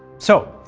so,